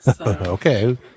Okay